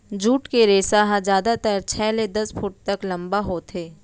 jute के रेसा ह जादातर छै ले दस फूट तक लंबा होथे